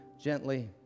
gently